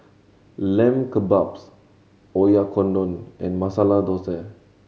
Lamb Kebabs Oyakodon and Masala Dosa